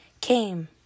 came